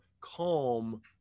calm